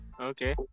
okay